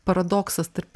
paradoksas tarp